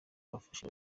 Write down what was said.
bafashe